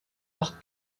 leur